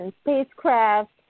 spacecraft